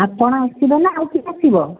ଆପଣ ଆସିବେ ନା ଆଉ କିିଏ ଆସିବ